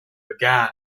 began